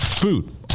Food